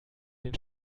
den